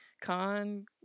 Khan